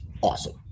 awesome